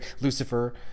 Lucifer